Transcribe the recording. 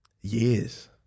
years